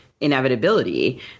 inevitability